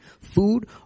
food